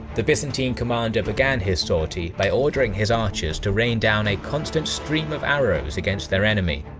the byzantine commander began his sortie by ordering his archers to rain down a constant stream of arrows against their enemy,